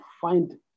find